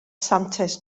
santes